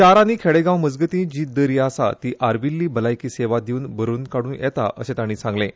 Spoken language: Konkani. शार आनी खेडेगांव मजगतीं जी दरी आसा ती आर्विल्ली भलायकी सेवा दिवन भरून काड्रं येता अशें तांणी सांगलें